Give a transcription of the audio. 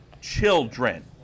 children